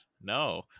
No